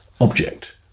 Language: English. object